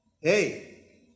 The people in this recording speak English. Hey